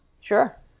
Sure